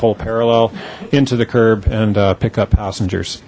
pull parallel into the curb and pick up passengers